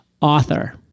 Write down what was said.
author